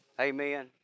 Amen